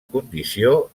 condició